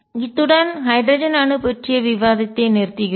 இத்துடன் ஹைட்ரஜன் அணு பற்றிய விவாதத்தை நிறுத்துகிறோம்